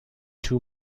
two